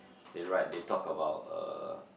they write they talk about uh